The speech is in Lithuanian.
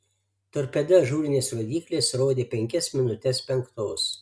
torpeda ažūrinės rodyklės rodė penkias minutes penktos